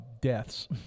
deaths